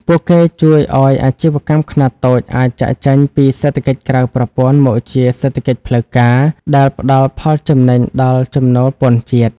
ពួកគេជួយឱ្យអាជីវកម្មខ្នាតតូចអាចចាកចេញពី "សេដ្ឋកិច្ចក្រៅប្រព័ន្ធ" មកជា "សេដ្ឋកិច្ចផ្លូវការ" ដែលផ្ដល់ផលចំណេញដល់ចំណូលពន្ធជាតិ។